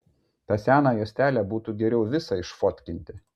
tą seną juostelę būtų geriau visą išfotkinti